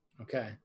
Okay